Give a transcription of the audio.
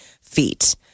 feet